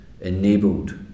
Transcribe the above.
enabled